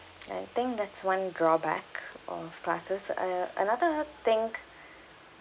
I think that's one drawback of classes uh another think